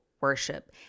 worship